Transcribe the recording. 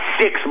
six